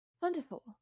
Wonderful